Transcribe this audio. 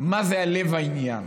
מה זה לב העניין?